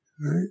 right